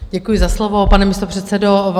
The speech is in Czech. Děkuji za slovo, pane místopředsedo.